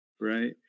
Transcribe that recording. right